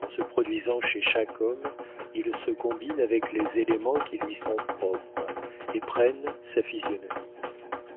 en se produisant chez chaque homme ils se combinent avec les éléments qui lui sont propres et prennent sa physionomie